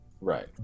Right